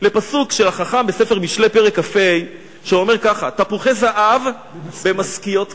לפסוק של החכם בספר משלי פרק כ"ה שאומר ככה: "תפוחי זהב במשכיות כסף"